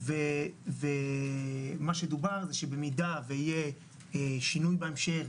מה שדובר במידה ויהיה שינוי בהמשך,